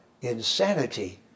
insanity